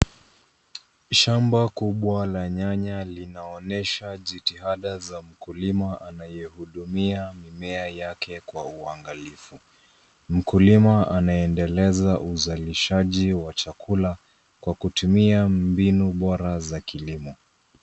Shamba kubwa la nyanya linaonyesha jitihada za mkulima anayehudumia mimea yake kwa uangalifu. Mkulima anaendeleza uzalishaji wa chakula kwa kutumia mbinu bora za kilimo.